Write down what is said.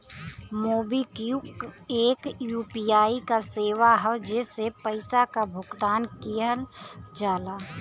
MobiKwik एक UPI क सेवा हौ जेसे पइसा क भुगतान किहल जाला